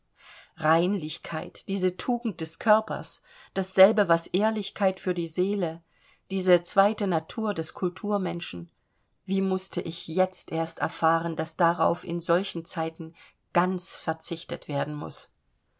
reinlichkeit diese tugend des körpers dasselbe was ehrlichkeit für die seele diese zweite natur des kulturmenschen wie mußte ich jetzt erst erfahren daß darauf in solchen zeiten ganz verzichtet werden muß